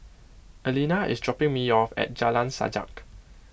Elena is dropping me off at Jalan Sajak